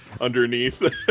underneath